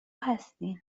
هستین